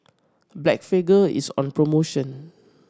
Blephagel is on promotion